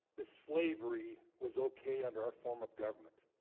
this slavery was okay under our form of government